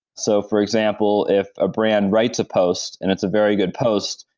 so for example, if a brand writes a post and it's a very good post,